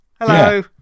hello